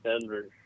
Denver